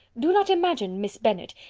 do not imagine, miss bennet,